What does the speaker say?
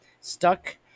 stuck